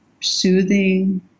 soothing